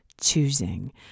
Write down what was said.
choosing